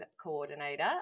coordinator